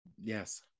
Yes